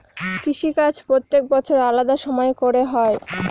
কৃষিকাজ প্রত্যেক বছর আলাদা সময় করে হয়